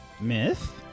Myth